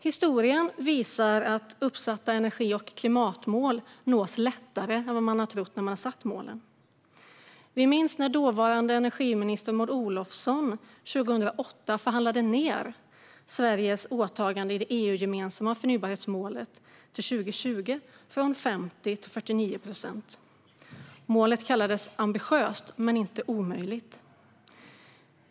Historien visar att uppsatta energi och klimatmål oftast nås lättare än vad man trodde när man satte målen. Vi minns när dåvarande energiminister Maud Olofsson 2008 förhandlade ned Sveriges åtagande i det EU-gemensamma förnybarhetsmålet till 2020 från 50 till 49 procent. Målet kallades ambitiöst men inte omöjligt.